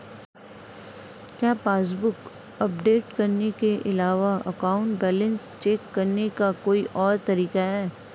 क्या passbook update करने के अलावा अकाउंट बैलेंस चेक करने का कोई और तरीका है?